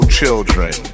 children